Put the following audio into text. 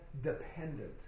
dependent